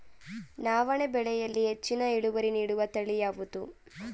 ನವಣೆ ಬೆಳೆಯಲ್ಲಿ ಹೆಚ್ಚಿನ ಇಳುವರಿ ನೀಡುವ ತಳಿ ಯಾವುದು?